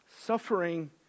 Suffering